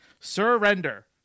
Surrender